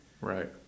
Right